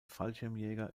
fallschirmjäger